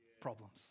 problems